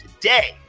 today